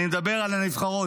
אני מדבר על הנבחרות,